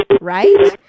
right